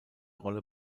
rolle